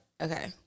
Okay